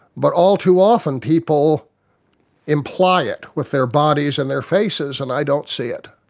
but all too often people imply it with their bodies and their faces and i don't see it.